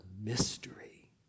mystery